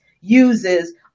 uses